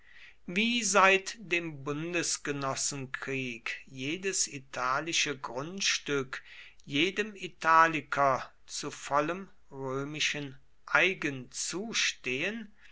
wie seit dem bundesgenossenkrieg jedes italische grundstück jedem italiker zu vollem römischen eigen zustehen